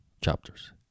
chapters